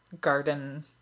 garden